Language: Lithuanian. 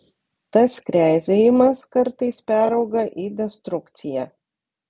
tas kreizėjimas kartais perauga į destrukciją